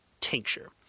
tincture